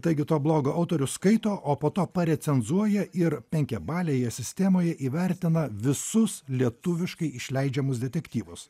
taigi to blogo autorius skaito o po to parecenzuoja ir penkiabalėje sistemoje įvertina visus lietuviškai išleidžiamus detektyvus